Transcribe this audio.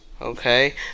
Okay